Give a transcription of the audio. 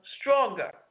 stronger